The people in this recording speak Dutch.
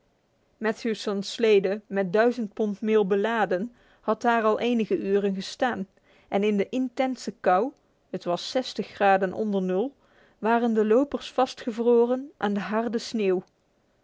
matthewson's slede met duizend pond meel beladen had daar al enige uren gestaan en in de intense kou het was zestig graden onder nul waren de lopers vastgevroren aan de harde sneeuw